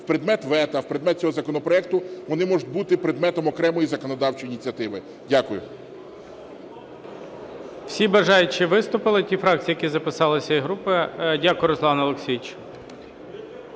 в предмет вето, в предмет цього законопроекту, вони можуть бути предметом окремої законодавчої ініціативи. Дякую. ГОЛОВУЮЧИЙ. Всі бажаючі виступили, ті фракції, які записалися, і групи. Дякую, Руслан Олексійович.